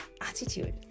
attitude